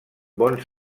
bons